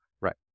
Right